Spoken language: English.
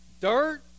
dirt